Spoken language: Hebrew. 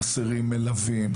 חסרים מלווים.